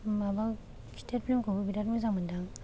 माबा खिथेर फिल्मखौबो बिराथ मोजां मोनदों